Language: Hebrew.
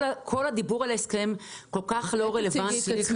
הדיבור על הסכם הוא כל כך לא רלוונטי.